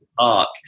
talk